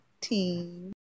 team